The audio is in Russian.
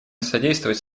содействовать